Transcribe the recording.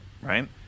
right